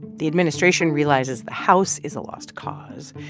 the administration realizes the house is a lost cause.